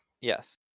Yes